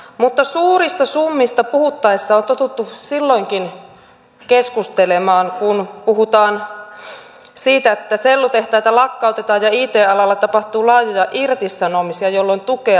mutta suurista summista on totuttu silloinkin keskustelemaan kun puhutaan siitä että sellutehtaita lakkautetaan ja it alalla tapahtuu laajoja irtisanomisia jolloin tukea tarvitaan